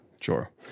Sure